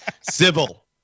civil